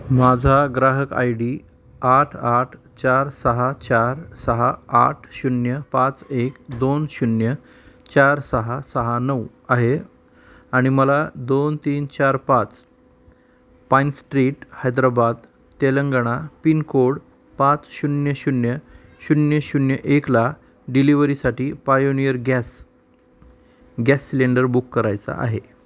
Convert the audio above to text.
माझा ग्राहक I D आठ आठ चार सहा चार सहा आठ शून्य पाच एक दोन शून्य चार सहा सहा नऊ आहे आणि मला दोन तीन चार पाच Pine Street Hyderabad Telangana pin code पाच शून्य शून्य शून्य शून्य एकला डिलिव्हरीसाठी Pioneer gas gas cylinder book करायचा आहे